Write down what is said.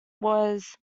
was